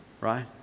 right